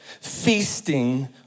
feasting